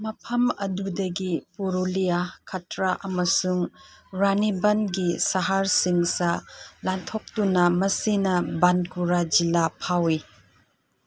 ꯃꯐꯝ ꯑꯗꯨꯗꯒꯤ ꯄꯨꯔꯨꯂꯤꯌꯥ ꯈꯇ꯭ꯔꯥ ꯑꯃꯁꯨꯡ ꯔꯥꯅꯤꯕꯟꯒꯤ ꯁꯍꯔꯁꯤꯡꯗ ꯂꯥꯟꯊꯣꯛꯇꯨꯅ ꯃꯁꯤꯅ ꯕꯟꯀꯨꯔꯥ ꯖꯤꯜꯂꯥ ꯐꯥꯎꯏ